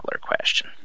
question